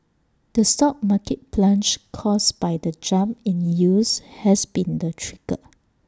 the stock market plunge caused by the jump in yields has been the trigger